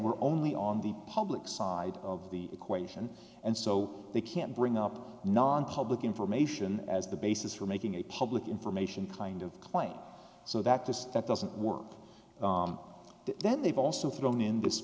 we're only on the public side of the equation and so they can't bring up nonpublic information as the basis for making a public information kind of claim so that this that doesn't work that they've also thrown in this